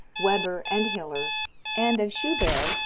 weber and hiller and, of schubert,